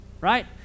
right